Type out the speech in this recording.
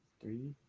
three